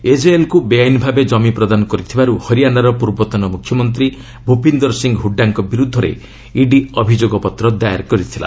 ଏଜେଏଲ୍କୁ ବେଆଇନ ଭାବେ ଜମି ପ୍ରଦାନ କରିଥିବାରୁ ହରିୟାଶାର ପୂର୍ବତନ ମୁଖ୍ୟମନ୍ତ୍ରୀ ଭୁପିନ୍ଦର ସିଂ ହୁଡାଙ୍କ ବିରୁଦ୍ଧରେ ଇଡି ଅଭିଯୋଗ ପତ୍ର ଦାଏର କରିଥିଲା